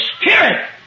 Spirit